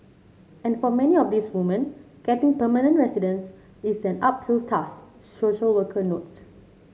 and for many of these woman getting permanent residence is an uphill task social worker note